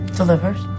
delivers